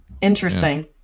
interesting